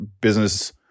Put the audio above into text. business